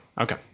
Okay